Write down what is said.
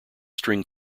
string